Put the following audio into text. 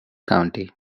county